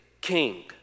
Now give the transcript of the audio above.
king